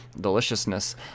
deliciousness